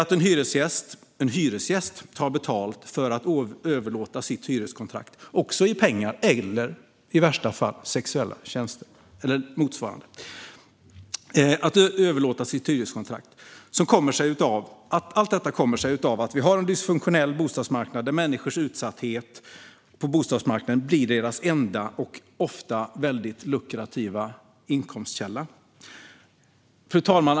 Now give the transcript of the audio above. Det kan också vara en hyresgäst som tar betalt, i pengar eller, i värsta fall, sexuella tjänster, för att överlåta sitt hyreskontrakt. Allt detta kommer sig av att vi har en dysfunktionell bostadsmarknad där människors utsatthet blir dessa bedragares enda och mycket lukrativa inkomstkälla. Fru talman!